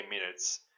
minutes